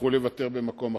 תצטרכו לוותר במקום אחר,